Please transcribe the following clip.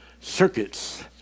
circuits